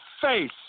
face